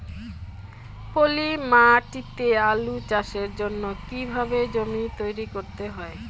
পলি মাটি তে আলু চাষের জন্যে কি কিভাবে জমি তৈরি করতে হয়?